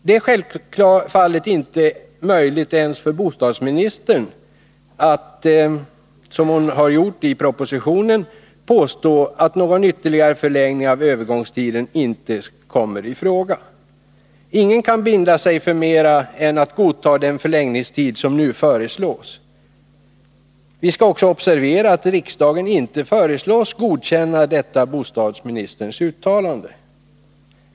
Det är självfallet inte möjligt ens för bostadsministern att, som hon gjort i propositionen, påstå att någon ytterligare förlängning av övergångstiden inte kommer i fråga. Ingen kan binda sig för mer än att godta den förlängningstid som nu föreslås. Vi skall observera att riksdagen inte föreslås godkänna detta bostadsministerns uttalande.